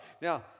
Now